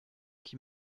qui